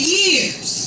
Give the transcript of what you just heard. years